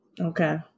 Okay